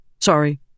Sorry